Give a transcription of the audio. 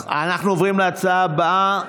אנחנו עוברים להצעה הבאה,